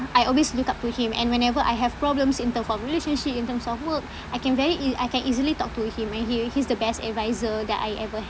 I always look up to him and whenever I have problems in terms of relationship in terms of work I can very ea~ I can easily talk to him and he he's the best adviser that I ever